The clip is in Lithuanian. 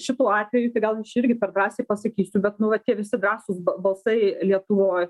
šituo atveju tai gal aš irgi per drąsiai pasakysiu bet nu va tie visi drąsūs balsai lietuvoj